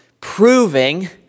proving